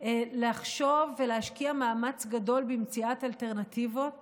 לחשוב ולהשקיע מאמץ גדול במציאת אלטרנטיבות